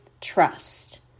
trust